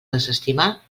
desestimar